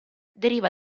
deriva